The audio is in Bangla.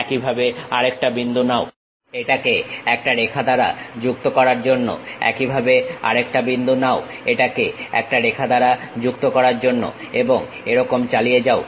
একইভাবে আরেকটা বিন্দু নাও এটাকে একটা রেখা দ্বারা যুক্ত করার জন্য একইভাবে আরেকটা বিন্দু নাও এটাকে একটা রেখা দ্বারা যুক্ত করার জন্য এবং এরকম চালিয়ে যাও